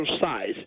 size